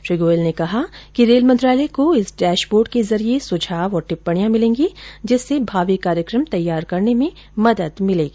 श्री गोयल ने कहा कि रेल मंत्रालय को इस डेशबोर्ड के जरिये सुझाव और टिप्पणियां मिलेंगी जिससे भावी कार्यक्रम तैयार करने में मदद मिलेगी